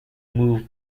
move